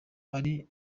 ari